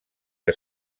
que